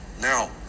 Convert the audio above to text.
now